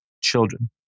children